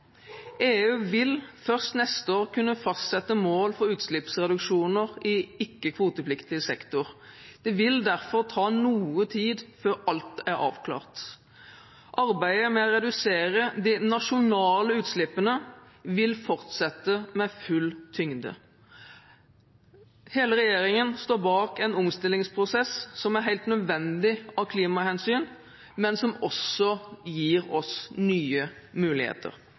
EU vil først neste år kunne fastsette mål for utslippsreduksjoner i ikke-kvotepliktig sektor. Det vil derfor ta noe tid før alt er avklart. Arbeidet med å redusere de nasjonale utslippene vil fortsette med full tyngde. Hele regjeringen står bak en omstillingsprosess som er helt nødvendig av klimahensyn, men som også gir oss nye muligheter.